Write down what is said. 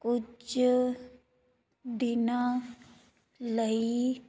ਕੁੱਝ ਦਿਨਾਂ ਲਈ